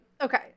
Okay